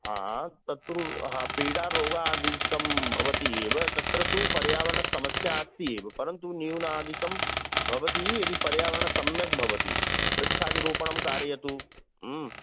हा तत्तु हा पीडारोगादिकं भवति एव तत्र तु पर्यावरणसमस्या अस्ति एव परन्तु न्यूनादिकं भवति यदि पर्यावरणं सम्यक् भवति वृक्षादिरोपणं कारयतु